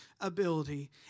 ability